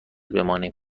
بمانیم